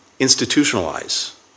institutionalize